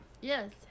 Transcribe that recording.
Yes